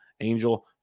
angel